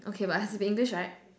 okay but has to be English right